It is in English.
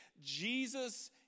Jesus